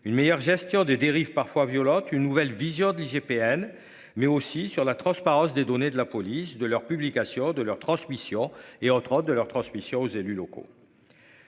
une meilleure gestion des dérives parfois violentes. Une nouvelle vision de l'IGPN mais aussi sur la transparence des données de la police de leur publication de leur transmission est en train de leur transmission aux élus locaux.--